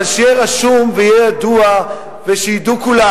אבל שיהיה רשום ויהיה ידוע וידעו כולם: